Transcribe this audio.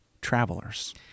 travelers